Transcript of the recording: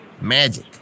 Magic